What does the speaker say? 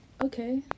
okay